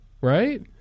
right